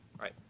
Right